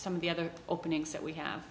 some of the other openings that we have